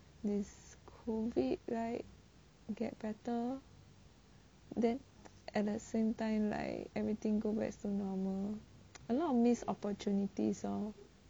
this COVID like get better then and at the same time like everything goes back to normal a lot of missed opportunities lor